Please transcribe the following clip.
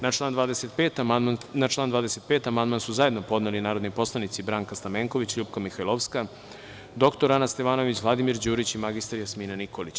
Na član 25. amandman su zajedno podneli narodni poslanici Branka Stamenković, LJupka Mihajlovska, dr Ana Stevanović, Vladimir Đurić i mr Jasmina Nikolić.